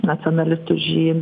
nacionalistų žy